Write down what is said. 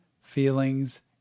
feelings